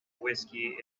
whiskey